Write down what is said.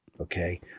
Okay